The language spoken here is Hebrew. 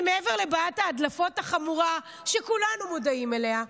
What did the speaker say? מעבר לבעיית ההדלפות החמורה שכולנו מודעים אליה,